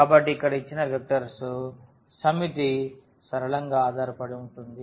కాబట్టి ఇక్కడ ఇచ్చిన వెక్టర్స్ సమితి సరళంగా ఆధారపడి ఉంటుంది